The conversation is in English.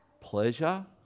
pleasure